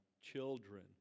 children